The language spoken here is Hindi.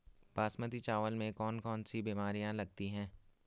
बासमती चावल में कौन कौन सी बीमारियां लगती हैं?